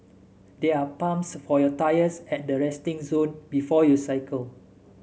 there are pumps for your tyres at the resting zone before you cycle